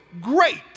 great